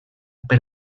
per